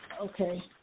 okay